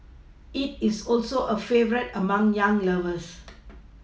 it is also a favourite among young lovers